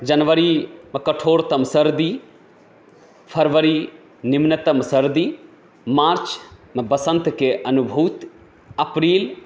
जनवरीमे कठोरतम सर्दी फरवरी निम्नतम सर्दी मार्चमे बसन्तके अनुभूति अप्रिल